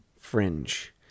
fringe